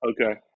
Okay